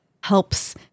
helps